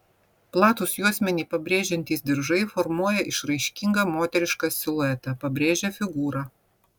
platūs juosmenį pabrėžiantys diržai formuoja išraiškingą moterišką siluetą pabrėžia figūrą